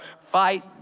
fight